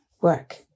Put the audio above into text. work